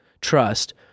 trust